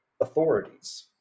authorities